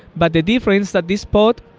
but the difference that this pod,